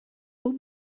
hoe